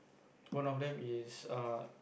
one of them is err